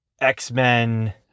X-Men